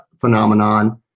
phenomenon